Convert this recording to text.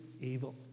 evil